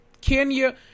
Kenya